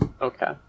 Okay